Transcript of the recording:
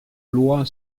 loi